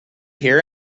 hear